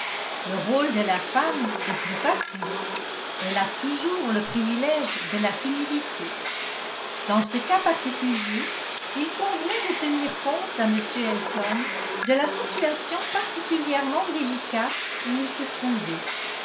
le rôle de la femme est plus facile elle a toujours le privilège de la timidité dans ce cas particulier il convenait de tenir compte à m elton de la situation particulièrement délicate où il se trouvait